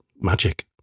Magic